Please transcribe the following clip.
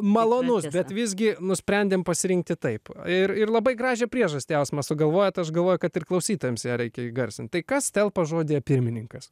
malonus bet visgi nusprendėme pasirinkti taip ir ir labai gražią priežastį jausmą sugalvojote aš galvoju kad ir klausytojams ją reikia įgarsinti tai kas telpa žodyje pirmininkas